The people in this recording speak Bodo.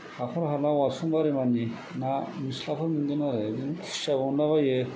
हाखर हाला औवासुं बारि मानि ना निस्लाफोर मोनदों आरो ओरैनो खुसिया हमलाबायो